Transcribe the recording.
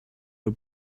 her